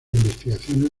investigaciones